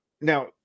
Now